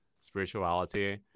spirituality